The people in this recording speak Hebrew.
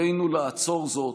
עלינו לעצור זאת,